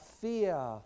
fear